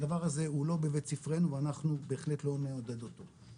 הדבר הזה הוא לא בבית ספרנו ואנחנו בהחלט לא נעודד אותו.